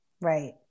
Right